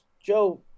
Joe